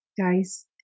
guys